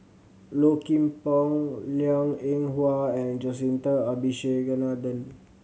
Low Kim Pong Liang Eng Hwa and Jacintha Abisheganaden